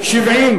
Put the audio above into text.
2 לא נתקבלה.